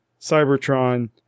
Cybertron